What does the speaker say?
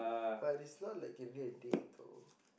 but it's not like you need a date though